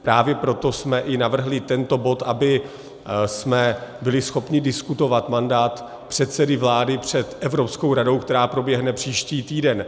Právě proto jsme i navrhli tento bod, abychom byli schopni diskutovat mandát předsedy vlády před Evropskou radou, která proběhne příští týden.